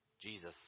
jesus